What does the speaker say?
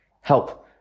help